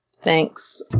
Thanks